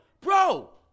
bro